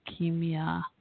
leukemia